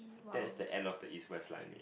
that is the end of the East West Line